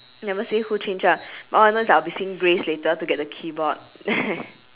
he never say who change ah I'll be seeing grace later to get the keyboard